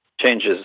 changes